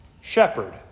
shepherd